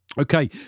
Okay